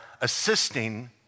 assisting